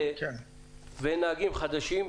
ונהגים חדשים,